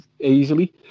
easily